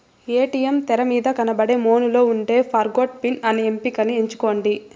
ATM తెరమీద కనబడే మెనూలో ఉండే ఫర్గొట్ పిన్ అనే ఎంపికని ఎంచుకోండి